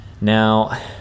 Now